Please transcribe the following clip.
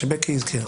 שבקי הזכירה,